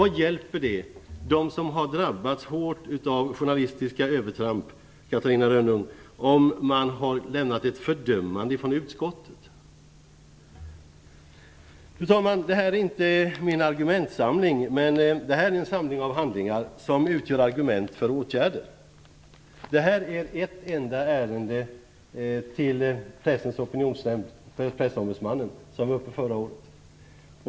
Vad hjälper det dem som har drabbats hårt av journalistiska övertramp, Catarina Rönnung, att utskottet har lämnat ett fördömande? Fru talman! Den här pappersbunten är inte min argumentsamling. Det är en samling handlingar som utgör argument för åtgärder. Detta är ett enda ärende till Pressens Opinionsnämnd och Pressombudsmannen. Det var uppe förra året.